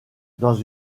dans